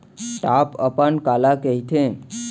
Top अपन काला कहिथे?